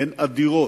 הן אדירות.